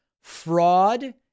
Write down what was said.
fraud